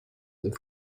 with